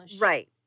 Right